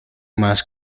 más